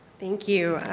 thank you.